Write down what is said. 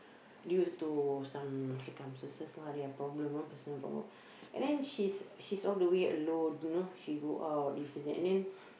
due to some circumstances lah their problem one person problem and then she she solve the way alone you know she go out this and that and then